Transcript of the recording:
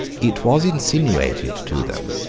it was insinuated to them,